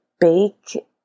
bake